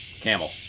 Camel